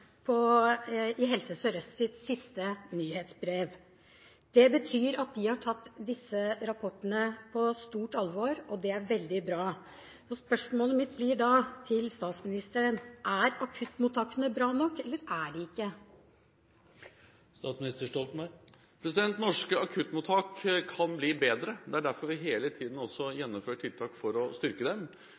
i Helse Sør-Østs siste nyhetsbrev. Det betyr at de har tatt disse rapportene på stort alvor, og det er veldig bra. Spørsmålet mitt til statsministeren blir da: Er akuttmottakene bra nok, eller er de ikke? Norske akuttmottak kan bli bedre. Det er derfor vi hele tiden også gjennomfører tiltak for å styrke dem.